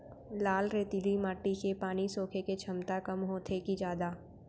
लाल रेतीली माटी के पानी सोखे के क्षमता कम होथे की जादा?